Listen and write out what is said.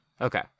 okay